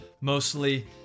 mostly